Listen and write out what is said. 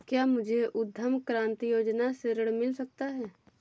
क्या मुझे उद्यम क्रांति योजना से ऋण मिल सकता है?